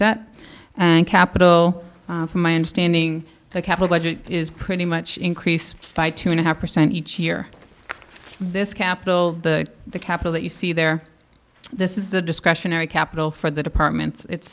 debt and capital from my understanding the capital budget is pretty much increased by two and a half percent each year this capital the capital that you see there this is the discretionary capital for the department it's